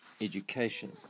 education